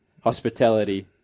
hospitality